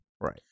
Right